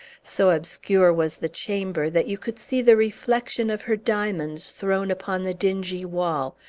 so obscure was the chamber, that you could see the reflection of her diamonds thrown upon the dingy wall,